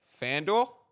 FanDuel